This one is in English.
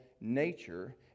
nature